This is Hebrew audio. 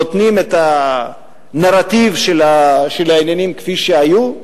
נותנים את הנרטיב של העניינים כפי שהיו.